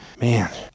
Man